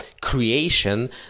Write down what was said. creation